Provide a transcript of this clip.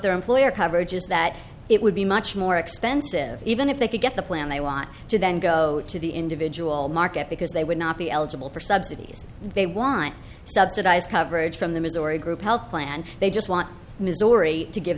their employer coverage is that it would be much more expensive even if they could get the plan they want to then go to the individual market because they would not be eligible for subsidies they want subsidized coverage from the missouri group health plan they just want missouri to give